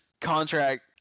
contract